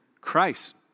Christ